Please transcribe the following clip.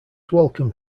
welcome